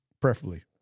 preferably